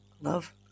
Love